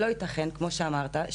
כמו שאמרת,